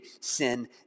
sin